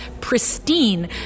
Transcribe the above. pristine